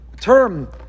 term